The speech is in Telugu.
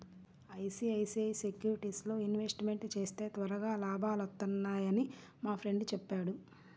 ఐసీఐసీఐ సెక్యూరిటీస్లో ఇన్వెస్ట్మెంట్ చేస్తే త్వరగా లాభాలొత్తన్నయ్యని మా ఫ్రెండు చెప్పాడు